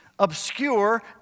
obscure